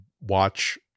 watch